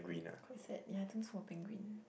quite sad ya I think I saw a penguin